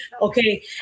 Okay